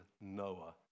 Noah